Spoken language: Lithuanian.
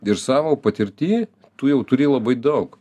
ir savo patirty tu jau turi labai daug